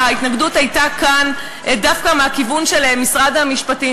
ההתנגדות כאן הייתה דווקא מהכיוון של משרד המשפטים.